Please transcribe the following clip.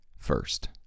First